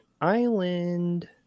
Island